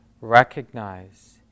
recognize